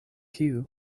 kiuj